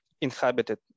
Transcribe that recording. inhabited